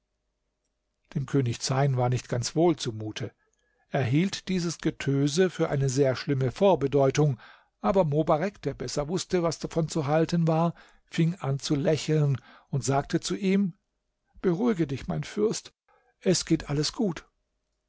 dem könig zeyn war nicht ganz wohl zumute er hielt dieses getöse für eine sehr schlimme vorbedeutung aber mobarek der besser wußte was davon zu halten war fing an zu lächeln und sagte zu ihm beruhige dich mein fürst es geht alles gut